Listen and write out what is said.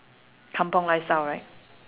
kampung lifestyle right